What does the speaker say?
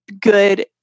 good